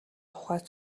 тухай